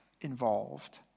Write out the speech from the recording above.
involved